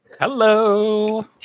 hello